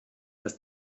dass